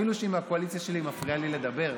אפילו שהיא מהקואליציה שלי, היא מפריעה לי לדבר.